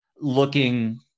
looking